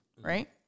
right